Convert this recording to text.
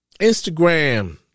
Instagram